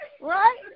right